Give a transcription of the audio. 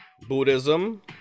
Buddhism